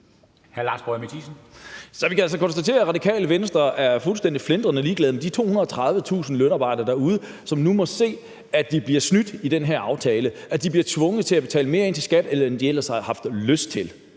vi kan altså konstatere, at Radikale Venstre er fuldstændig flintrende ligeglade med de 230.000 lønarbejdere derude, som nu må se, at de bliver snydt i den her aftale, at de bliver tvunget til at betale mere til SKAT, end de ellers havde haft lyst til.